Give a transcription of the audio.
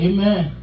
Amen